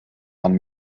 man